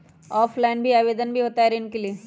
Offline भी आवेदन भी होता है ऋण के लिए?